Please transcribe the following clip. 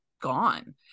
gone